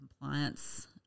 compliance